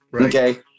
Okay